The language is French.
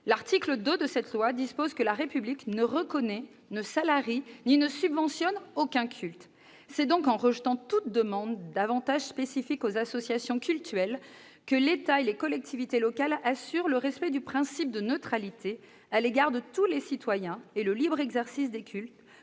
L'article 2 de cette loi dispose :« La République ne reconnaît, ne salarie ni ne subventionne aucun culte. » C'est donc en rejetant toute demande d'avantages spécifiques des associations cultuelles que l'État et les collectivités locales assurent le respect du principe de neutralité à l'égard de tous les citoyens et le libre exercice des cultes